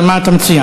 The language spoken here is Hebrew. מה אתה מציע?